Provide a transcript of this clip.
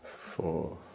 four